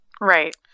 Right